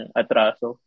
atraso